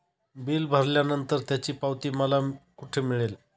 Bill भरल्यानंतर त्याची पावती मला कुठे मिळेल?